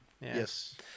yes